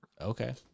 Okay